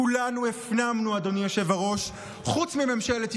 כולנו הפנמנו, אדוני היושב-ראש,